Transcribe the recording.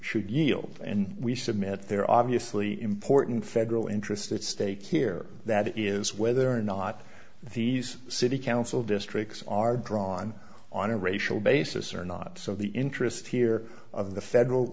should yield and we submit there obviously important federal interest at stake here that is whether or not these city council districts are drawn on a racial basis or not so the interest here of the federal